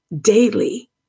daily